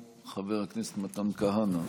חבר הכנסת מתן כהנא,